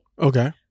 Okay